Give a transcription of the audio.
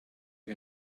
che